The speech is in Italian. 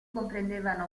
comprendevano